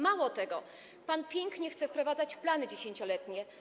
Mało tego, pan pięknie chce wprowadzać plany 10-letnie.